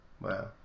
Wow